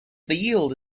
yield